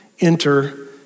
enter